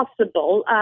possible